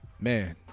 man